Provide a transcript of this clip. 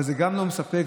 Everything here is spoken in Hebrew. אבל גם זה לא מספק,